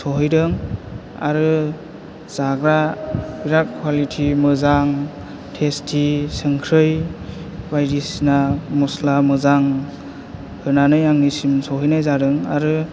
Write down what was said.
सहैदों आरो जाग्रा बेराथ कवालिथि मोजां टेस्टि संख्रै बायदिसिना मस्ला मोजां होनानै आंनिसिम सोहैनाय जादों आरो